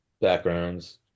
backgrounds